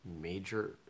Major